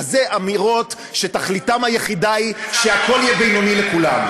אז אלה אמירות שתכליתן היחידה היא שהכול יהיה בינוני לכולם.